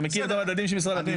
אתה מכיר את המדדים של משרד הפנים,